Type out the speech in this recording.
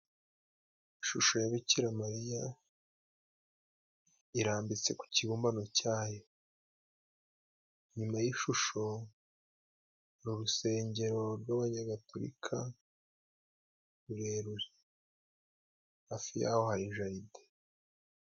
Ishusho ya Bikiramariya irambitse ku kibumbano cyayo, inyuma y' ishusho hari urusengero rw' abagaturika rurerure hafi yaho hari jaride.